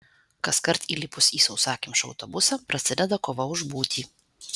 kaskart įlipus į sausakimšą autobusą prasideda kova už būtį